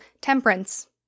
temperance